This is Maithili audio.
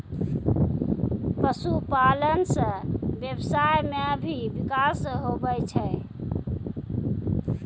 पशुपालन से व्यबसाय मे भी बिकास हुवै छै